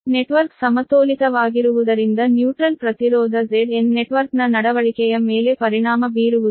network ಸಮತೋಲಿತವಾಗಿರುವುದರಿಂದ neutral ಪ್ರತಿರೋಧ Zn ನೆಟ್ವರ್ಕ್ನ ನಡವಳಿಕೆಯ ಮೇಲೆ ಪರಿಣಾಮ ಬೀರುವುದಿಲ್ಲ